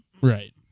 Right